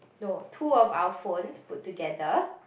no two of our phones put together